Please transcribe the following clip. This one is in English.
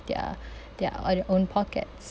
their their or their own pockets